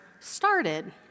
started